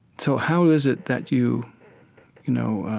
so how is it that you, you know,